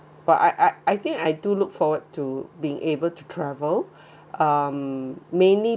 but I I I think I do look forward to being able to travel um mainly